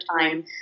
time